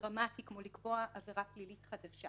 דרמטי כמו לקבוע עבירה פלילית חדשה